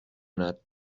united